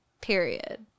Period